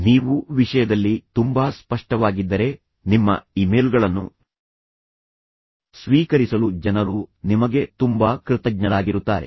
ನೀವು ವಿಷಯದಲ್ಲಿ ತುಂಬಾ ಸ್ಪಷ್ಟವಾಗಿದ್ದರೆ ನಿಮ್ಮ ಇಮೇಲ್ಗಳನ್ನು ಸ್ವೀಕರಿಸಲು ಜನರು ನಿಮಗೆ ತುಂಬಾ ಕೃತಜ್ಞರಾಗಿರುತ್ತಾರೆ